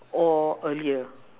or earlier